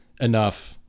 enough